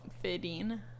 Fitting